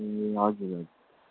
ए हजुर हजुर